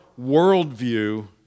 worldview